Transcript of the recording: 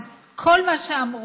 אז כל מה שאמרו,